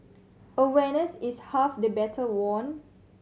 awareness is half the battle won